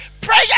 Prayer